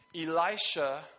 Elisha